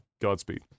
godspeed